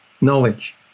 Knowledge